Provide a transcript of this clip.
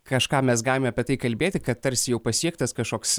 kažką mes galime apie tai kalbėti kad tarsi jau pasiektas kažkoks